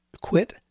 quit